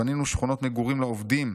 בנינו שכונות מגורים לעובדים,